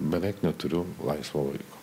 beveik neturiu laisvo laiko